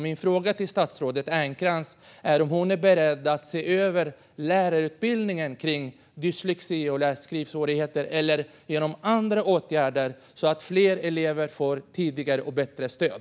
Min fråga till statsrådet Ernkrans är om hon är beredd att se över lärarutbildningen när det gäller dyslexi och läs och skrivsvårigheter eller genom andra åtgärder se till att fler elever får tidigare och bättre stöd.